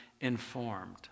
informed